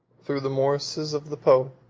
through the morasses of the po